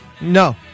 No